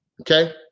okay